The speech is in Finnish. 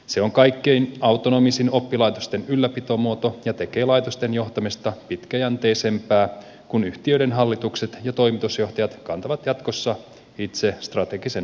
se on kaikkein autonomisin oppilaitosten ylläpitomuoto ja tekee laitosten johtamisesta pitkäjänteisempää kun yhtiöiden hallitukset ja toimitusjohtajat kantavat jatkossa itse strategisen vastuun